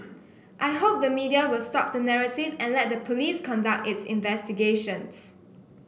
I hope the media will stop the narrative and let the police conduct its investigations